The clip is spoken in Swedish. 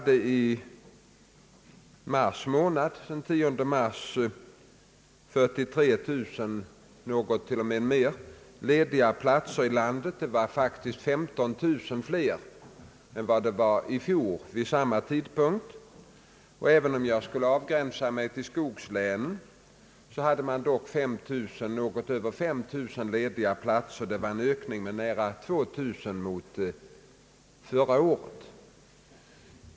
Den 10 mars fanns det något mer än 43 009 lediga platser i landet, och det var faktiskt 15 000 fler platser än i fjol vid samma tidpunkt. Om jag begränsar mig till skogslänen kan jag upplysa att det där vid samma tidpunkt i år fanns något över 5000 lediga platser, vilket innebär en ökning med nära 2000 i jämförelse med föregående år.